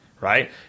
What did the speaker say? right